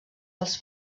els